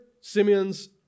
Simeon's